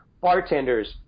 Bartenders